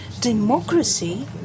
Democracy